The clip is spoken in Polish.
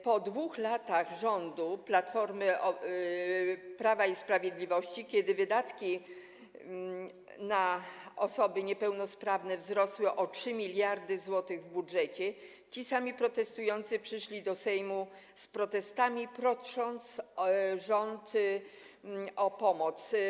Po 2 latach rządów Prawa i Sprawiedliwości, kiedy wydatki na osoby niepełnosprawne wzrosły o 3 mld zł w budżecie, ci sami protestujący przyszli do Sejmu z protestami, prosząc rząd o pomoc.